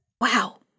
Wow